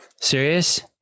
Serious